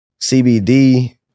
CBD